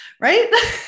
right